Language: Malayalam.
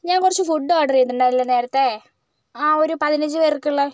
ഞാൻ കുറച്ച് ഫുഡ് ഓർഡർ ചെയ്തിട്ടുണ്ടായിരുന്നില്ലേ നേരത്തെ ആ ഒരു പതിനഞ്ച് പേർക്കുള്ളത്